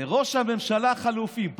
וראש הממשלה החלופי,